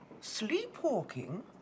Sleepwalking